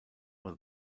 will